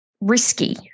risky